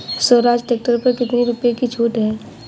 Swaraj tractor पर कितनी रुपये की छूट है?